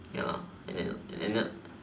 ya and then and then